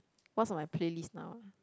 what's on my play list now ah